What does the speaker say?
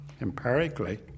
empirically